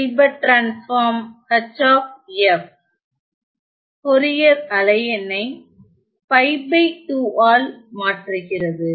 H Fourier அலை எண்ணை π2 ஆல் மாற்றுகிறது